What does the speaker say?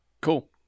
Cool